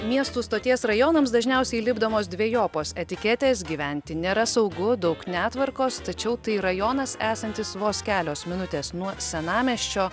miestų stoties rajonams dažniausiai lipdomos dvejopos etiketės gyventi nėra saugu daug netvarkos tačiau tai rajonas esantis vos kelios minutės nuo senamiesčio